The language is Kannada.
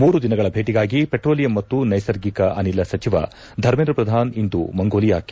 ಮೂರು ದಿನಗಳ ಭೇಟಿಗಾಗಿ ಪೆಟ್ರೋಲಿಯಂ ಮತ್ತು ನೈಸರ್ಗಿಕ ಅನಿಲ ಸಚಿವ ಧರ್ಮೇಂದ್ರ ಪ್ರಧಾನ್ ಇಂದು ಮಂಗೋಲಿಯಾಕ್ಕೆ